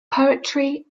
poetry